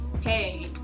hey